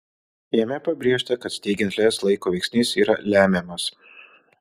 jame pabrėžta kad steigiant lez laiko veiksnys yra lemiamas